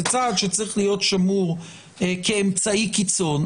זה צעד שצריך להיות שמור כאמצעי קיצון.